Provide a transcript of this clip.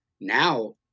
Now